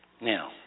now